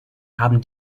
haben